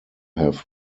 have